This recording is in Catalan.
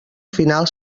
final